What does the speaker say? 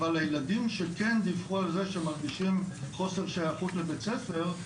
אבל הילדים שכן דיווחו על זה שמרגישים חוסר שייכות לבית ספר,